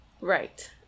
Right